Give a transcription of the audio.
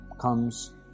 comes